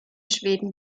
schweden